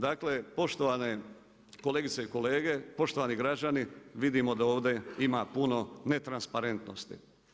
Dakle, poštovane kolegice i kolege, poštovani građani, vidimo da ovdje ima puno netransparentnosti.